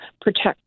protect